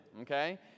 okay